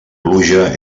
pluja